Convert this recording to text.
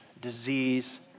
disease